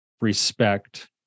respect